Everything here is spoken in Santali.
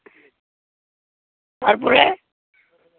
ᱛᱟᱨᱯᱚᱨᱮ